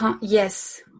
Yes